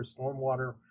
stormwater